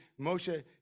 Moshe